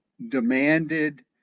demanded